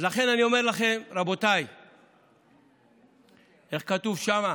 לכן אני אומר לכם, רבותיי איך כתוב שם?